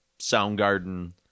Soundgarden